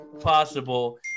possible